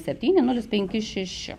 septyni nulis penki šeši